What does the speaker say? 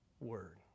Word